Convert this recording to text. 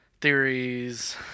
theories